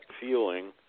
feeling